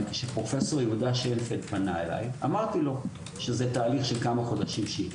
כשפרופ' יהודה שיינפלד פנה אליי אמרתי שזה תהליך של כמה חודשים.